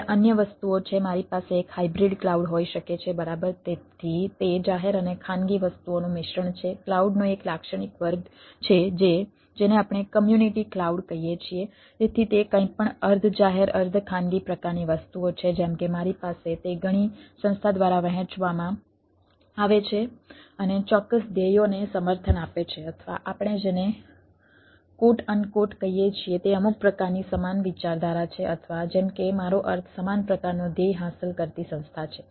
ત્યાં અન્ય વસ્તુઓ છે મારી પાસે એક હાઈબ્રિડ કહીએ છીએ તે અમુક પ્રકારની સમાન વિચારધારા છે અથવા જેમ કે મારો અર્થ સમાન પ્રકારનો ધ્યેય હાંસલ કરતી સંસ્થા છે